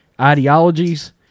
ideologies